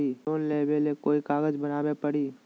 Loan लेबे ले कोई कागज बनाने परी?